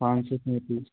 पाँच सौ रुपये की